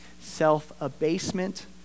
self-abasement